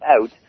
out